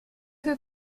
que